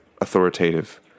authoritative